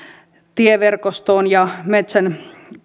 tieverkoston ja metsän